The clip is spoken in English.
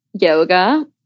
Yoga